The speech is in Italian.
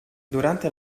durante